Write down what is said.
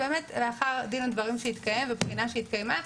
לאחר דין ודברים שהתקיים ובחינה שהתקיימה,